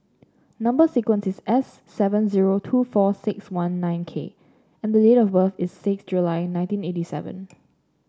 number sequence is S seven zero two four six one nine K and the date of birth is six July nineteen eighty seven